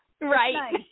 right